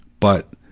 but,